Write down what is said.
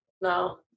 No